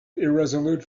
irresolute